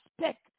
respect